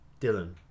Dylan